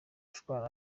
gushwana